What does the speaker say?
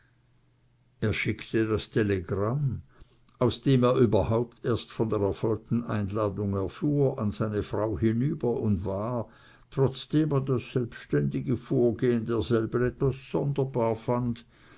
er schickte das telegramm aus dem er überhaupt erst von der erfolgten einladung erfuhr an seine frau hinüber und war trotzdem er das selbständige vorgehen derselben etwas sonderbar fand